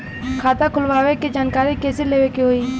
खाता खोलवावे के जानकारी कैसे लेवे के होई?